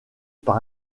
par